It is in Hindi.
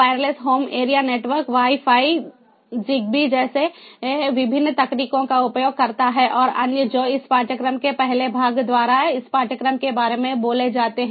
wireless home area network wifi Zigbee जैसी विभिन्न तकनीकों का उपयोग करता है और अन्य जो इस पाठ्यक्रम के पहले भाग द्वारा इस पाठ्यक्रम के बारे में बोले जाते हैं